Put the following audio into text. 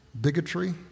bigotry